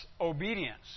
obedience